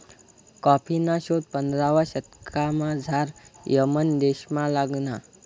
कॉफीना शोध पंधरावा शतकमझाऱ यमन देशमा लागना